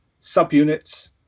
subunits